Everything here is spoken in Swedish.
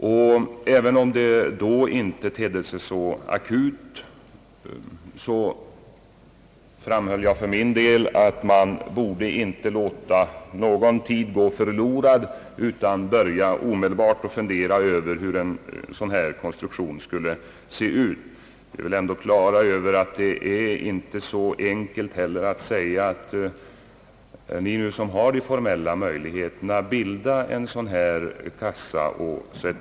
Även om den situationen då inte tedde sig så akut, framhöll jag att man inte borde låta någon tid gå förlorad utan omedelbart borde börja fundera över hur en konstruktion av det här slaget skulle se ut. Saken är inte så enkel, att man bara kan säga till dem, som har de formella möjligheterna därtill, att bilda en försäkringskassa.